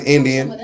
Indian